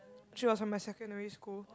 she was from my secondary school